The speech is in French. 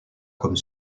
comme